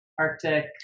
Arctic